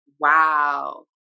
Wow